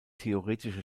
theoretische